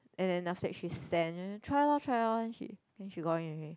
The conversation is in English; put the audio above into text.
and then after that she send try lor try lor then she then she got in eh